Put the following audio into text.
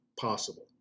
possible